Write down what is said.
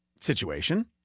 situation